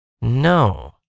No